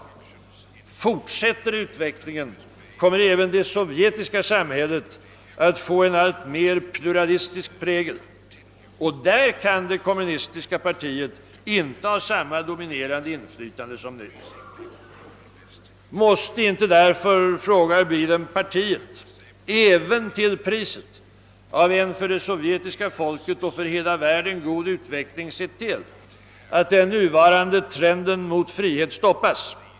Under sådana förhållanden kommer även det sovjetiska samhället att få en alltmer pluralistisk prägel, och då kan det kommunistiska partiet inte ha samma dominerande inflytande som nu. Måste inte därför, frågar Beedham, partiet även till priset av en för det sovjetiska folket och för hela världen god utveckling se till att trenden mot frihet stoppas?